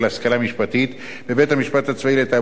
בבית-המשפט הצבאי לתעבורה יושב שופט משפטאי